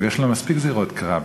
ויש לנו מספיק זירות קרב.